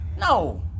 No